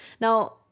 Now